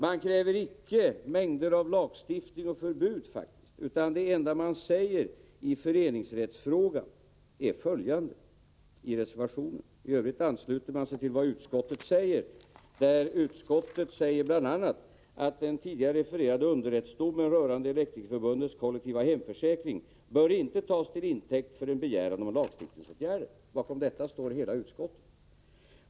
Där kräver man icke lagstiftning eller mängder av förbud, utan det enda man säger i föreningsrättsfrågan återfinns i en reservation. I övrigt ansluter man sig till vad utskottet uttalat, och utskottet anför bl.a. följande: ”Den tidigare refererade underrättsdomen rörande Elektrikerförbundets kollektiva hemförsäkring ——— bör inte tas till intäkt för en begäran om lagstiftningsåtgärder.” Bakom detta uttalande står hela utskottet.